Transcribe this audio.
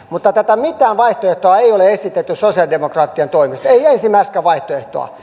mutta mitään vaihtoehtoa ei ole esitetty sosialidemokraattien toimesta ei ensimmäistäkään vaihtoehtoa